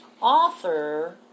author